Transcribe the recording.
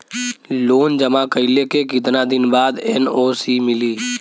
Loan जमा कइले के कितना दिन बाद एन.ओ.सी मिली?